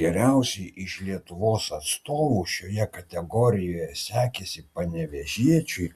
geriausiai iš lietuvos atstovų šioje kategorijoje sekėsi panevėžiečiui